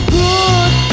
good